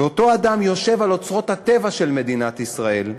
ואותו אדם יושב על אוצרות הטבע של מדינת ישראל,